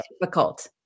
difficult